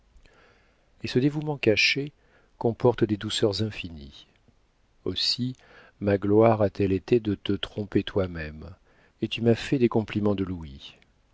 et ce dévouement caché comporte des douceurs infinies aussi ma gloire a-t-elle été de te tromper toi-même et tu m'as fait des compliments de louis